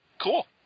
Cool